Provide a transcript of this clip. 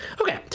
Okay